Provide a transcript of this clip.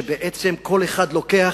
כשבעצם כל אחד לוקח,